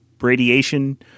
radiation